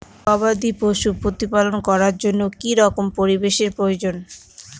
গবাদী পশু প্রতিপালন করার জন্য কি রকম পরিবেশের প্রয়োজন?